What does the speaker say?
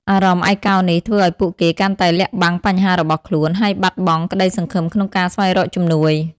អារម្មណ៍ឯកោនេះ ធ្វើឱ្យពួកគេកាន់តែលាក់បាំងបញ្ហារបស់ខ្លួន ហើយបាត់បង់ក្តីសង្ឃឹមក្នុងការស្វែងរកជំនួយ។